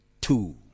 two